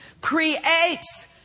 creates